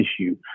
issue